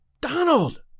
Donald